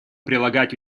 прилагать